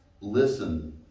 listen